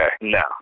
No